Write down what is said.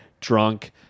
drunk